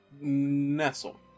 Nestle